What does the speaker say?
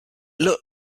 looked